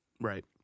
Right